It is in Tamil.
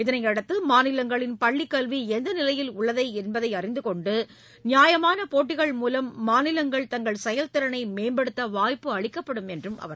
இதனையடுத்து மாநிலங்களின் பள்ளிக் கல்வி எந்த நிலையில் உள்ளது என்பதை அறிந்து கொண்டு நியாயமான போட்டிகள் மூலம் மாநிலங்கள் தங்கள் செயல் திறனை மேம்படுத்த வாய்ப்பு ஏற்படுகிறது என்றார் அவர்